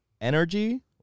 energy